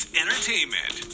entertainment